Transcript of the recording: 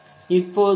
இப்போது பி